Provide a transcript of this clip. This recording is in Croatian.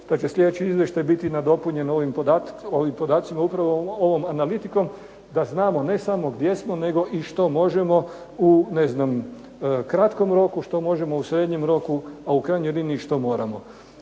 da će sljedeći Izvještaj biti nadopunjen upravo ovim podacima, upravo ovom analitikom da znamo ne samo gdje smo nego da znamo što možemo u kratkom roku, što možemo u srednjem roku, a u krajnjoj liniji što moramo.